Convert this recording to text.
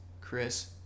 Chris